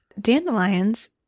dandelions